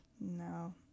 No